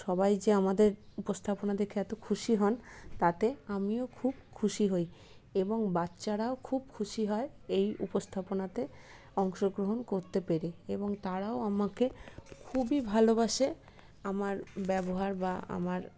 সবাই যে আমাদের উপস্থাপনা দেখে এতো খুশি হন তাতে আমিও খুব খুশি হই এবং বাচ্চারাও খুব খুশি হয় এই উপস্থাপনাতে অংশগ্রহণ করতে পেরে এবং তারাও আমাকে খুবই ভালোবাসে আমার ব্যবহার বা আমার